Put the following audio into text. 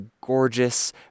gorgeous